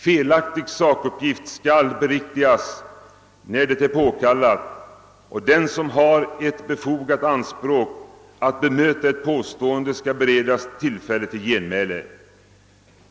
Felaktig sakuppgift skall beriktigas när det är påkallat, och den som har ett befogat anspråk att bemöta ett påstående skall beredas tillfälle till genmäle.